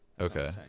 Okay